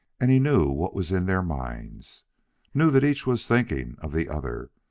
and he knew what was in their minds knew that each was thinking of the other,